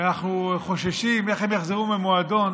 כשאנחנו חוששים איך הם יחזרו ממועדון,